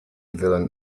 villain